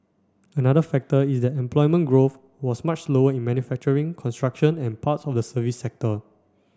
another factor is that employment growth was much slower in manufacturing construction and parts of the services sector